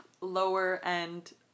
lower-end